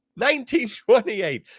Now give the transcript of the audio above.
1928